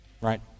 Right